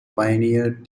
pioneered